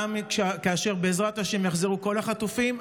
גם כאשר בעזרת השם יחזרו כל החטופים,